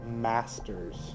masters